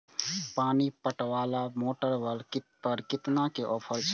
पानी पटवेवाला मोटर पर केतना के ऑफर छे?